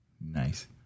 Nice